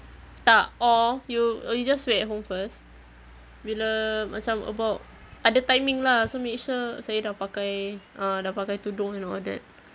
tak or you you just wait at home first bila macam about ada timing lah so make sure saya dah pakai a'ah dah pakai tudung and all that